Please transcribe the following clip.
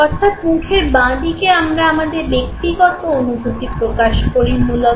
অর্থাৎ মুখের বাঁ দিকে আমরা আমাদের ব্যক্তিগত অনুভূতি প্রকাশ করি মূলত